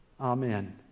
Amen